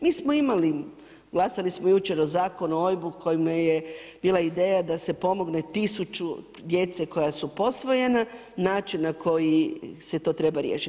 Mi smo imali, glasali smo jučer o Zakonu o OIB-u kojem je bila ideja da se pomogle tisuću djece koja su posvojena, način na koji se to treba riješiti.